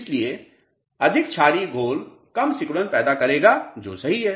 इसलिए अधिक क्षारीय घोल कम सिकुड़न पैदा करेगा जो सही है